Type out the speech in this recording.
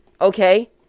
okay